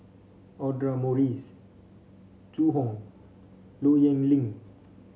Audra Morrice Zhu Hong Low Yen Ling